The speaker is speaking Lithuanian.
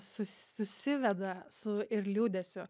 su susiveda su ir liūdesiu